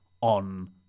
on